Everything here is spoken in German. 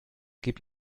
gib